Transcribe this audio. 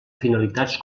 finalitats